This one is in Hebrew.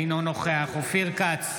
אינו נוכח אופיר כץ,